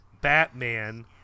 Batman